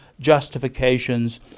justifications